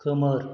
खोमोर